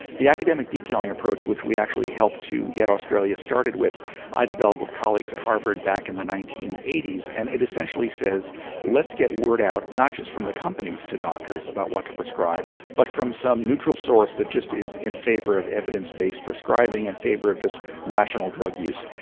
the academic detailing approach which we actually helped to get australia started with i developed with colleagues at harvard back in the nineteen eighty s and it essentially says let's get word out, not just from the companies to doctors about what to prescribe, but from some neutral source that just is in favour of evidence based prescribing, in and favour of just rational drug use.